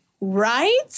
Right